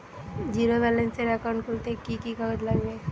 Zero ব্যালেন্সের account খুলতে কি কি কাগজ লাগবে?